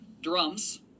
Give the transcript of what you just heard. drums